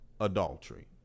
adultery